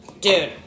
Dude